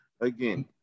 again